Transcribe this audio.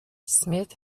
smith